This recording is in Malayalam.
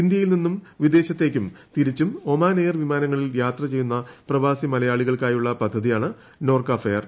ഇന്ത്യയിൽ നിന്ന് വിദേശത്തേയ്ക്കും തിരിച്ചും ഒമാൻ എയർ വിമാനങ്ങളിൽ യാത്ര ചെയ്യുന്ന പ്രവാസി മല യാളികൾക്കായുള്ള പദ്ധതിയാണ് നോർക്ക ഫെയർ